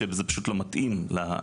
שזה פשוט לא מתאים בהן למבנה,